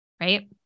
right